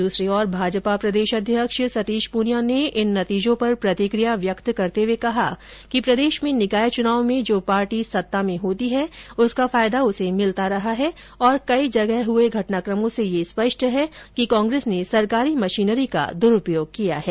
दूसरी ओर भाजपा प्रदेशाध्यक्ष सतीश पूनिया ने इन नतीजों पर प्रतिक्रिया व्यक्त करते हुए कहा कि प्रदेश में निकाय चुनाव में जो पार्टी सत्ता में होती है उसका फायदा उसे मिलता रहा है और कई जगह हुए घटनाक़मों से यह स्पष्ट है कि कांग्रेस ने सरकारी मशीनरी का दुरूपयोग किया है